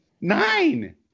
nine